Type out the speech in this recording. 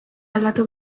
aldatu